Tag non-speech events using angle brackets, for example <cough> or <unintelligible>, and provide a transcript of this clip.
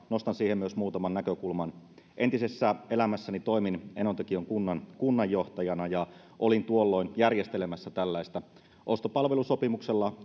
nostan siihen liittyen muutaman näkökulman entisessä elämässäni toimin enontekiön kunnan kunnanjohtajana ja olin tuolloin järjestelemässä tällaista ostopalvelusopimuksella <unintelligible>